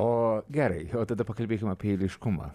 o gerai o tada pakalbėkim apie eiliškumą